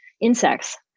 insects